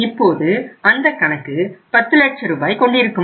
இப்போது அந்த கணக்கு 10 லட்ச ரூபாய் கொண்டிருக்கும்